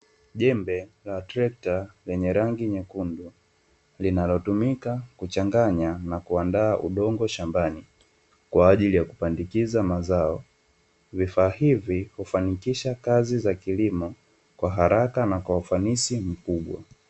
Jembe la trekta lenye rangi nyekundu, linalotumika kuchanganya na kuandaa udongo shambani, kwa ajili ya kupandikiza mazao. Vifaa hivi hufanikisha kazi za kilimo kwa haraka na kwa ufanisi mkubwa.